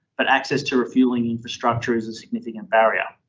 but access to refueling infrastructure is a significant barrier.